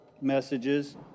messages